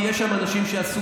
כי יש שם אנשים שעשו,